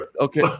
Okay